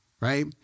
right